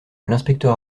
l’inspecteur